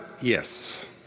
Yes